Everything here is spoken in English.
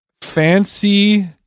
Fancy